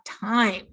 time